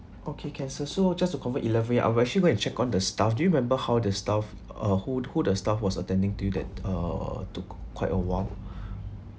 okay can sir so just to co~ convert elaborate I'll I should go and check on the staff do you remember how the staff uh who who the staff was attending to you that uh took quite a while